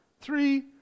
Three